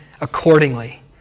accordingly